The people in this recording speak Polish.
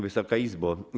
Wysoka Izbo!